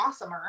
awesomer